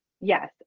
Yes